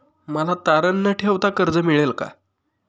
मला तारण न ठेवता कर्ज मिळेल का?